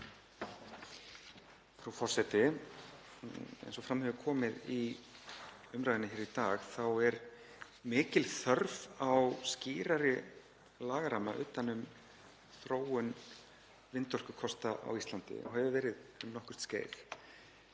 Frú forseti. Eins og fram hefur komið í umræðunni hér í dag er mikil þörf á skýrari lagaramma utan um þróun vindorkukosta á Íslandi, og hefur verið um nokkurt skeið.